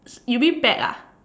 you mean bag ah